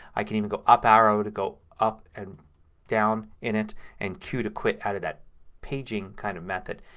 i can you know hit up arrow to go up and down in it and q to quit out of that paging kind of method.